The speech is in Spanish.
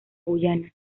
guyana